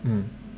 mm